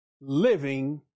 living